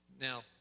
Now